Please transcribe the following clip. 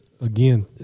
again